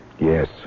Yes